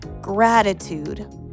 gratitude